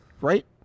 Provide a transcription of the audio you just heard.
Right